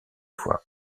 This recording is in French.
fois